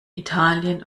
italien